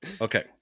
Okay